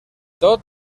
tot